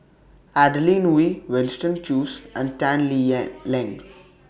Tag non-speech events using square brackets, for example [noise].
Adeline Ooi Winston Choos and Tan Lee [unintelligible] Leng